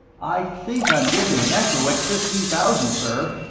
i think i'm getting an echo at fifteen thousand, sir.